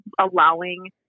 allowing